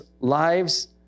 lives